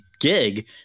gig